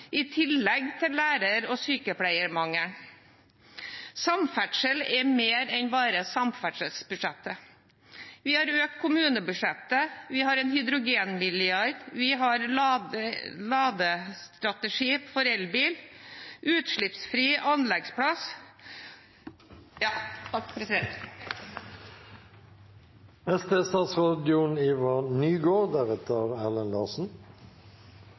i tillegg til at vi har lærer- og sykepleiermangel. Samferdsel er mer enn bare samferdselsbudsjettet. Vi har økt kommunebudsjettet, vi har en hydrogenmilliard, vi har ladestrategi for elbil, utslippsfri anleggsplass … Tiden er ute. Regjeringen er